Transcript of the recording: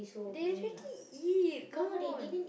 they already eat come on